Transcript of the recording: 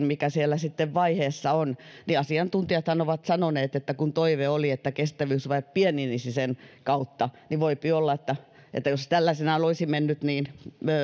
mikä siellä sitten vaiheessa on asiantuntijathan ovat sanoneet että kun toive oli että kestävyysvaje pienenisi sen kautta niin voipi olla että että jos se tällaisena olisi mennyt niin